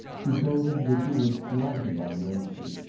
you told him that you would want him on wednesday,